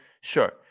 sure